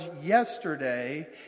yesterday